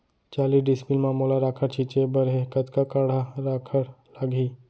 चालीस डिसमिल म मोला राखड़ छिंचे बर हे कतका काठा राखड़ लागही?